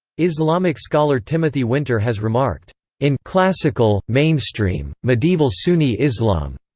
islamic scholar timothy winter has remarked in classical, mainstream, medieval sunni islam.